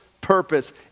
purpose